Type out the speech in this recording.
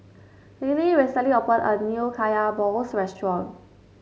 Lillie recently opened a new Kaya Balls restaurant